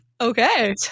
Okay